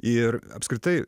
ir apskritai